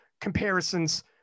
comparisons